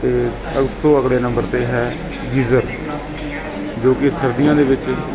ਅਤੇ ਉਸ ਤੋਂ ਅਗਲੇ ਨੰਬਰ 'ਤੇ ਹੈ ਗੀਜ਼ਰ ਜੋ ਕਿ ਸਰਦੀਆਂ ਦੇ ਵਿੱਚ